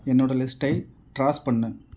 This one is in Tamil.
என்னோட லிஸ்ட்டை டிராஷ் பண்ணு